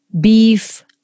beef